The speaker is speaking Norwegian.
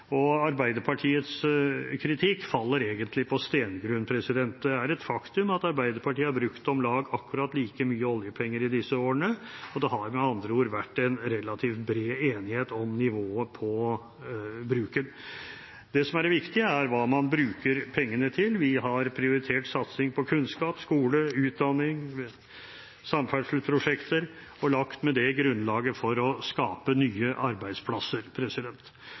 og Arbeiderpartiets kritikk faller egentlig på steingrunn. Det er et faktum at Arbeiderpartiet har brukt om lag like mye oljepenger i disse årene, det har med andre ord vært en relativt bred enighet om nivået på bruken. Det som er det viktige, er hva man bruker pengene til. Vi har prioritert satsing på kunnskap, skole, utdanning og samferdselsprosjekter og har med det lagt grunnlaget for å skape nye arbeidsplasser.